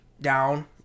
down